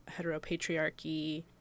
heteropatriarchy